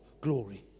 glory